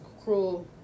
cruel